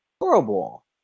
horrible